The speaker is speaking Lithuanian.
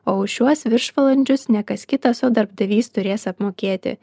o už šiuos viršvalandžius ne kas kitas o darbdavys turės apmokėti